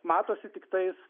matosi tiktais